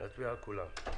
נצביע על כולם.